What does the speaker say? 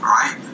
right